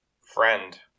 Friend